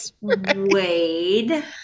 wade